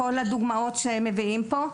כמו כל הדוגמאות שמביאים פה.